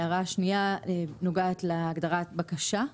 הערה שנייה נוגעת להגדרת בקשה.